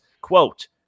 Quote